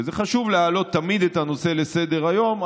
וזה חשוב להעלות תמיד את הנושא על סדר-היום,